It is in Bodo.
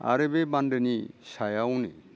आरो बे बान्दोनि सायावनो